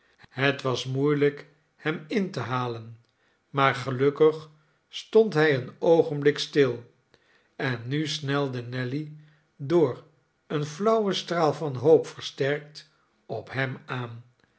het was moeielijk hem in te halen maar gelukkig stond hij een oogenblik stil en nu snelde nelly door een flauwen straal van hoop versterkt op hem aan